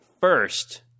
First